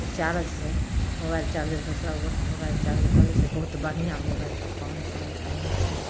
ओहि चारज से mobile charger से सभ गोटा मोबाइल चार्ज कऽ लै छियै बहुत बढ़िऑं मोबाइल छै पाँच सएमे किनने छियै